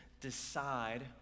decide